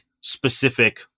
specific